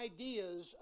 ideas